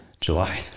July